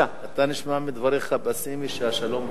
נשמע מדבריך שאתה פסימי, שהשלום רחוק?